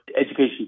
education